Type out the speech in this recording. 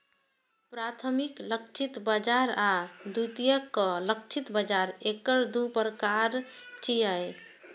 प्राथमिक लक्षित बाजार आ द्वितीयक लक्षित बाजार एकर दू प्रकार छियै